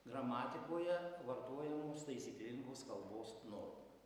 gramatikoje vartojamos taisyklingos kalbos normų